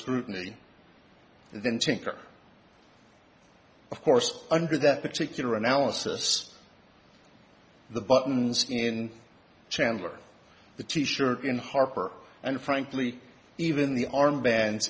scrutiny than change or of course under that particular analysis the buttons in chandler the t shirt in harper and frankly even the armbands